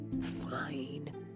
fine